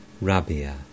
Rabia